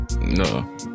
No